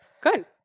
Good